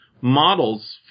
models